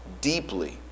deeply